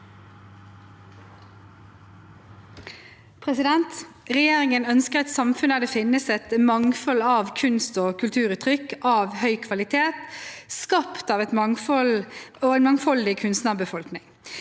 Regjerin- gen ønsker et samfunn der det finnes et mangfold av kunst- og kulturuttrykk av høy kvalitet skapt av en mangfoldig kunstnerbefolkning,